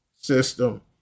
system